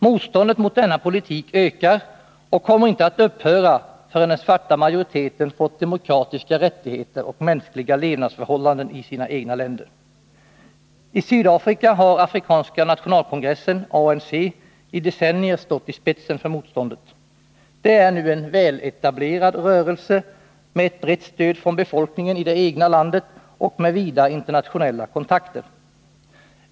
Motståndet mot denna politik ökar och kommer inte att upphöra förrän den svarta majoriteten fått demokratiska rättigheter och mänskliga levnadsförhållanden i sina egna länder. I Sydafrika har afrikanska nationalkongressen, ANC, i decennier stått i spetsen för motståndet. Den är nu en väletablerad rörelse med ett brett stöd från befolkningen i det egna landet och med vida internationella kontakter.